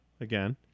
again